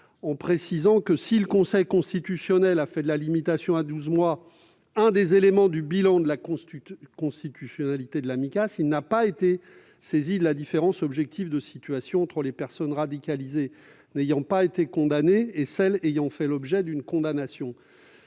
en précisant que, si le Conseil constitutionnel a fait de la limitation à douze mois l'un des éléments du bilan de la constitutionnalité de la Micas, il n'a pas été saisi de la différence objective de situation entre les personnes radicalisées n'ayant pas été condamnées et celles qui ont fait l'objet d'une condamnation.